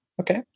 Okay